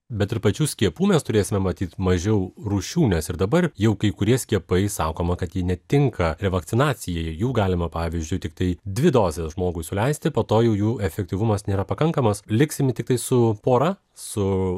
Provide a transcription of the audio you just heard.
bet ir pačių skiepų mes turėsime matyt mažiau rūšių nes ir dabar jau kai kurie skiepai sakoma kad jie netinka revakcinacijai jų galima pavyzdžiui tiktai dvi dozes žmogui suleisti po to jau jų efektyvumas nėra pakankamas liksimi tiktai su pora su